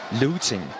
Looting